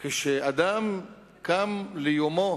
כשאדם קם ליומו